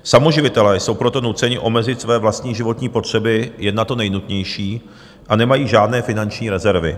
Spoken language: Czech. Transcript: Samoživitelé jsou proto nuceni omezit své vlastní životní potřeby jen na to nejnutnější a nemají žádné finanční rezervy.